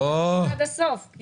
תשמע עד הסוף.